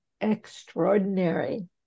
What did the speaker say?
extraordinary